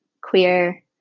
queer